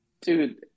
Dude